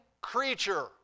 creature